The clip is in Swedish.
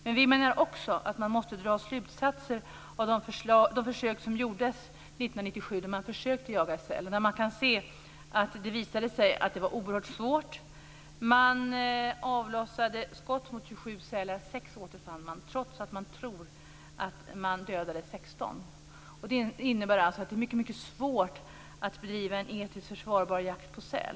Men vi menar också att man måste dra slutsatser av de försök som gjordes 1997, då man försökte jaga säl. Det visade sig att det var oerhört svårt. Man avlossade skott mot 27 sälar och återfann 6, trots att man tror att man dödade 16. Det innebär alltså att det är mycket svårt att bedriva en etiskt försvarbar jakt på säl.